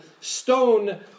stone